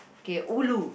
okay ulu